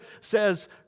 says